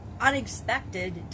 unexpected